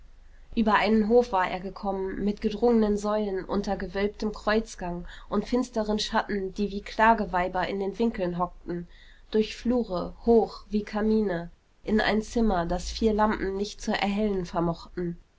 über einen hof war er gekommen mit gedrungenen säulen unter gewölbtem kreuzgang und finsteren schatten die wie klageweiber in den winkeln hockten durch flure hoch wie kamine in ein zimmer das vier lampen nicht zu erhellen vermochten